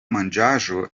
manĝaĵo